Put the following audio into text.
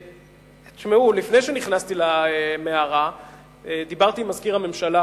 לפני שנכנסתי למערה דיברתי עם מזכיר הממשלה,